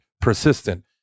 persistent